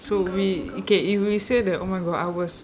so we okay if we say that oh my god I was